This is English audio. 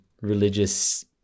religious